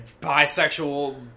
bisexual